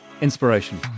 inspiration